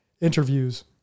Interviews